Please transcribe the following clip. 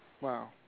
Wow